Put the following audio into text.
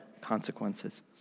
consequences